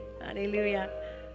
hallelujah